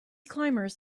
climbers